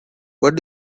what